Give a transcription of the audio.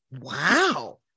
Wow